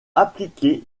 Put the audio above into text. appliqué